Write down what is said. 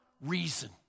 reason